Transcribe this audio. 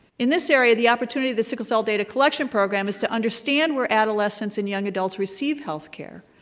in this area, the opportunity of the sickle cell data collection program is to understand where adolescents and young adults receive health care,